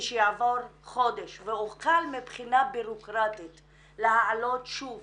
כשיעבור חודש ואוכל מבחינה בירוקראטית להעלות שוב